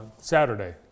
Saturday